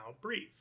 breathe